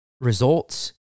results